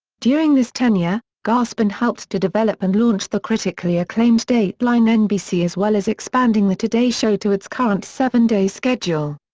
during this tenure, gaspin helped to develop and launch the critically acclaimed dateline nbc as well as expanding the today show to its current seven day schedule.